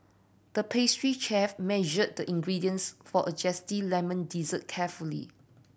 the pastry chef measured the ingredients for a zesty lemon dessert carefully